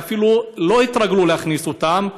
ואפילו לא התרגלו להכניס אותם,